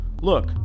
look